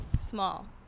Small